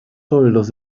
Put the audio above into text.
toldos